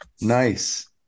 nice